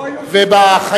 לא היו שום דבר.